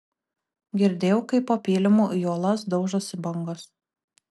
girdėjau kaip po pylimu į uolas daužosi bangos